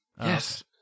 Yes